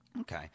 Okay